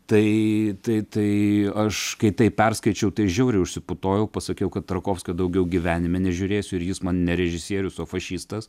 tai tai tai aš kai tai perskaičiau tai žiauriai užsiputojau pasakiau kad tarkovskio daugiau gyvenime nežiūrėsiu ir jis man ne režisierius o fašistas